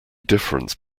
difference